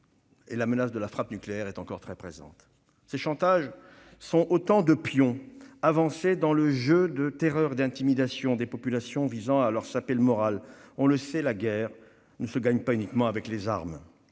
et celle de la frappe nucléaire est encore très présente. Ces chantages sont autant de pions avancés dans le jeu de terreur et d'intimidation des populations visant à leur saper le moral. On le sait, la guerre ne se gagne pas uniquement avec les armes.